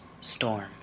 storm